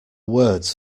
words